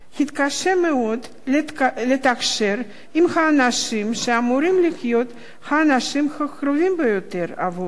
התקשה מאוד לתקשר עם האנשים שאמורים להיות האנשים הקרובים ביותר עבורו,